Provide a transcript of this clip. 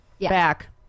Back